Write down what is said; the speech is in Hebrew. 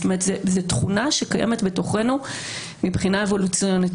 זו תכונה שקיימת בתוכנו מבחינה אבולוציונית,